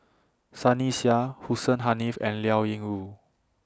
Sunny Sia Hussein Haniff and Liao Yingru